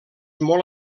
molt